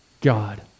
God